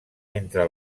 entre